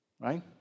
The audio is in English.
right